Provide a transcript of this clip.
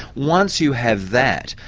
once you have that,